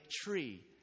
tree